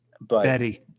Betty